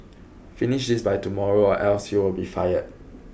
finish this by tomorrow or else you'll be fired